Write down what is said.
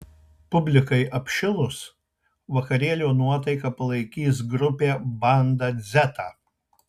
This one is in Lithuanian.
publikai apšilus vakarėlio nuotaiką palaikys grupė banda dzeta